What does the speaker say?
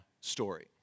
story